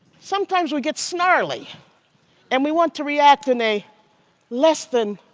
sometimes we get snarly and we want to react in a less than